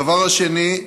הדבר השני,